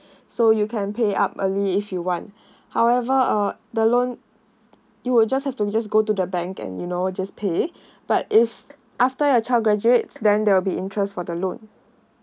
so you can pay up early if you want however uh the loan you will just have to just go to the bank and you know just pay but if after your child graduates then there will be interest for the loan